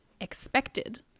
expected